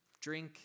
drink